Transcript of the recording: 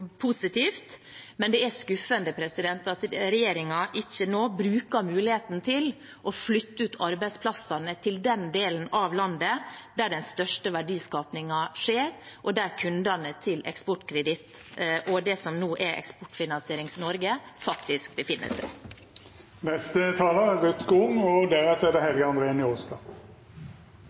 positivt. Men det er skuffende at regjeringen ikke nå bruker muligheten til å flytte ut arbeidsplassene til den delen av landet der den største verdiskapingen skjer, og der kundene til Eksportkreditt, det som nå blir Eksportfinansiering Norge, faktisk befinner seg.